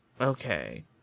Okay